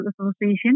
Association